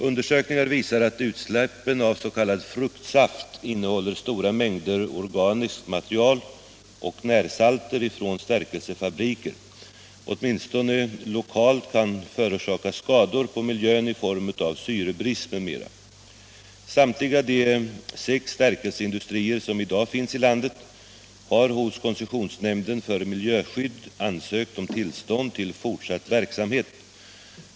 Undersökningar visar att utsläppen av s.k. fruktsaft, innehållande stora 19 mängder organiskt material och närsalter från stärkelsefabriker, åtminstone lokalt kan förorsaka skador på miljön i form av syrebrist m.m. Samtliga de sex stärkelseindustrier som i dag finns i landet har hos koncessionsnämnden för miljöskydd ansökt om tillstånd till fortsatt verksamhet.